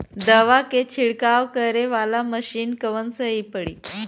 दवा के छिड़काव करे वाला मशीन कवन सही पड़ी?